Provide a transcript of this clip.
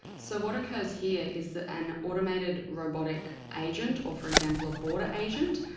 so what occurs here is an automated robotic agent or for example, a border agent,